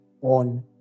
on